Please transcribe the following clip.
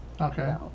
Okay